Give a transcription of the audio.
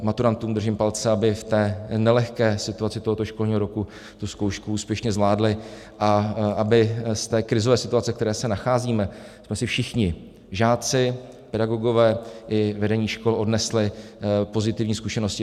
Maturantům držím palce, aby v nelehké situaci tohoto školního roku tu zkoušku úspěšně zvládli a abychom si z té krizové situace, ve které se nacházíme, všichni, žáci, pedagogové i vedení škol, odnesli pozitivní zkušenosti.